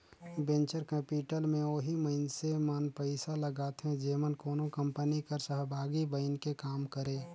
venture capital में ओही मइनसे मन पइसा लगाथें जेमन कोनो कंपनी कर सहभागी बइन के काम करें